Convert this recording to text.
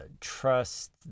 trust